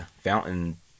fountain